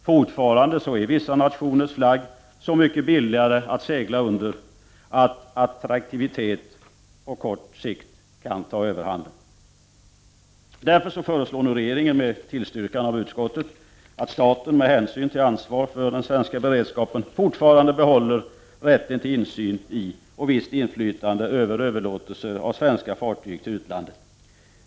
Fortfarande är vissa andra nationers flagg så mycket billigare att segla under att attraktivitet på kort sikt kan ta överhanden. Därför föreslår nu regeringen med tillstyrkan av utskottet att staten med hänsyn till ansvar för svenska beredskapen fortfarande behåller rätten till insyn i och visst inflytande över överlåtelser av svenska fartyg till utlandet.